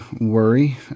worry